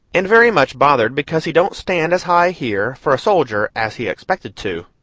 and very much bothered because he don't stand as high, here, for a soldier, as he expected to.